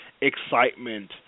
excitement